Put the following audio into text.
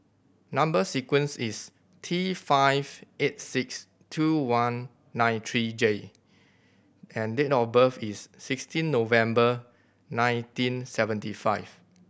number sequence is T five eight six two one nine three J and date of birth is sixteen November nineteen seventy five